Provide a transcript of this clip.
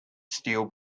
steel